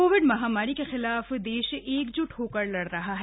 Covid महामारी के खिलाफ देश एकजुट होकर लड़ रहा है